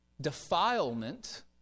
defilement